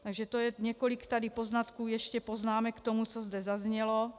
Takže to je několik tady poznatků ještě, poznámek k tomu, co zde zaznělo.